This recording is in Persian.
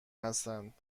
هستند